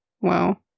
Wow